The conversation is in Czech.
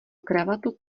kravatu